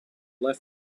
left